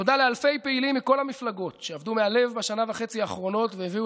תודה לאלפי פעילים מכל המפלגות שעבדו מהלב בשנה וחצי האחרונות והביאו